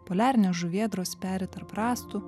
poliarinės žuvėdros peri tarp rąstų